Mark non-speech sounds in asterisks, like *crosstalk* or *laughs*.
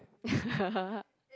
*laughs*